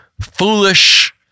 foolish